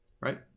right